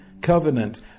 covenant